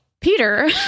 Peter